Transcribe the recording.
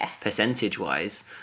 percentage-wise